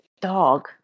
dog